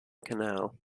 canal